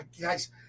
guys